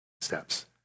steps